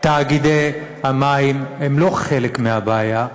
תאגידי המים הם לא חלק מהבעיה,